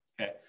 Okay